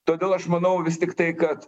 todėl aš manau vis tiktai kad